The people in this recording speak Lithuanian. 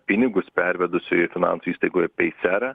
pinigus pervedusių į finansų įstaigoje paysera